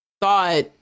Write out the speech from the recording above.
thought